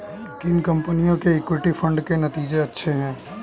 किन कंपनियों के इक्विटी फंड के नतीजे अच्छे हैं?